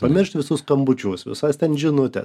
pamiršt visus skambučius visas ten žinutes